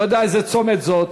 לא יודע איזה צומת זה,